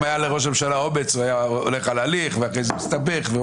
אם היה לראש הממשלה אומץ הוא היה הולך על הליך ואז היה מסתבך,